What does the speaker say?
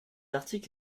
article